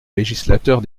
législateur